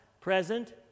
present